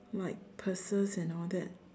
like purses and all that